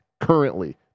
currently